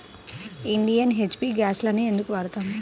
Indian, HP గ్యాస్లనే ఎందుకు వాడతాము?